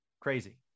crazy